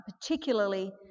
particularly